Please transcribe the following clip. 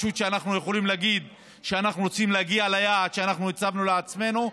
אנחנו יכולים להגיד שאנחנו רוצים להגיע ליעד שאנחנו הצבנו לעצמנו,